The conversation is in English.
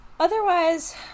Otherwise